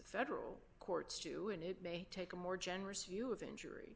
federal courts too and it may take a more generous view of injury